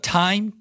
time